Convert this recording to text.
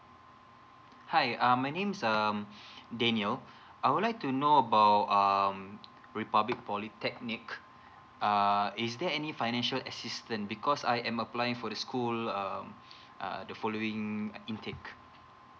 hi uh my name is um daniel I would like to know about um republic polytechnic uh is there any financial assistance because I am applying for the school um the following intake